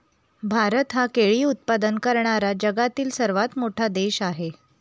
भारत हा केळी उत्पादन करणारा जगातील सर्वात मोठा देश आहे